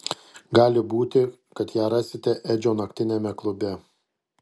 gali būti kad ją rasite edžio naktiniame klube